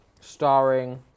Starring